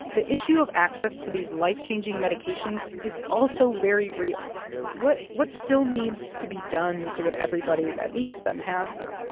the issue of access to these life-changing medications is also very real what what still needs to be done so that everybody that needs them has them?